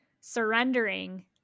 surrendering